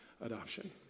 adoption